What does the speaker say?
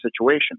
situation